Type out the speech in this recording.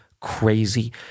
crazy